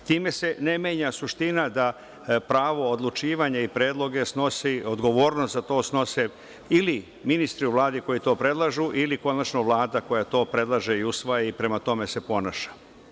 Time se ne menja suština da pravo odlučivanja, predloge i odgovornost snose ili ministri u Vladi koji to predlažu ili, konačno, Vlada koja to predlaže i usvaja i prema tome se ponaša.